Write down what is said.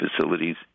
facilities